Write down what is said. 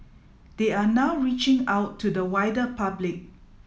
they are now reaching out to the wider public